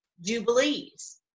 Jubilees